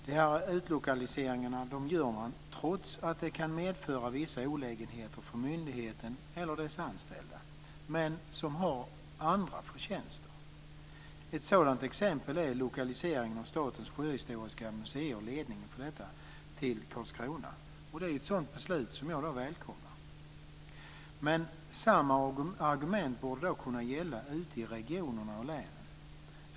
De här utlokaliseringarna gör man trots att det kan medföra vissa olägenheter för myndigheten eller dess anställda. De har andra förtjänster. Ett sådant exempel är lokaliseringen av Statens sjöhistoriska museer och dess ledning till Karlskrona. Det är ett sådan beslut som jag välkomnar. Samma argument borde kunna gälla ute i regionerna och länen.